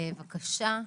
בבקשה.